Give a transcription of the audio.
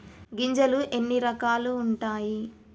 గింజలు ఎన్ని రకాలు ఉంటాయి?